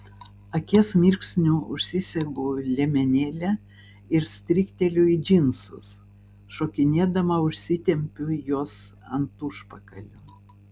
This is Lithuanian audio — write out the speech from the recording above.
akies mirksniu užsisegu liemenėlę ir strykteliu į džinsus šokinėdama užsitempiu juos ant užpakalio